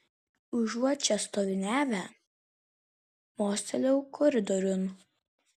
užuot čia stoviniavę mostelėjau koridoriun